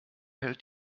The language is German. hält